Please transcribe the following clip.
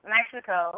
Mexico